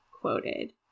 quoted